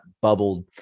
bubbled